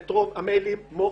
את רוב המיילים מוחקים.